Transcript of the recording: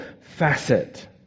facet